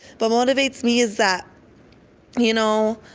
but motivates me is that you know,